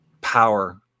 power –